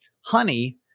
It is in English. honey